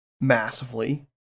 massively